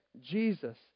Jesus